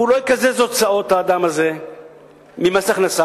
והאדם הזה לא יקזז הוצאות ממס הכנסה.